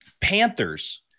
Panthers